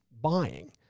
buying